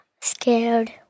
scared